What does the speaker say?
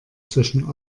zwischen